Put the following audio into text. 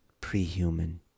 pre-human